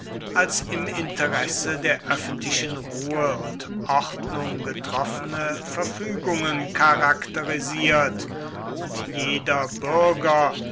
als im interesse der öffentlichen ruhe und ordnung getroffene verfügungen charakterisiert und jeder bürger